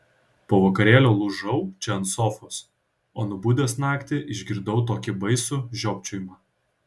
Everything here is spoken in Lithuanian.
po vakarėlio lūžau čia ant sofos o nubudęs naktį išgirdau tokį baisų žiopčiojimą